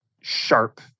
sharp